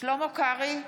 שלמה קרעי,